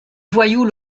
voyous